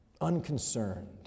unconcerned